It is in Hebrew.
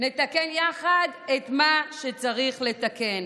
נתקן יחד את מה שצריך לתקן.